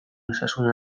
osasun